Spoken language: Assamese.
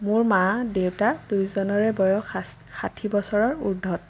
মোৰ মা দেউতা দুয়োজনৰে বয়স ষা ষাঠি বছৰৰ উৰ্দ্ধত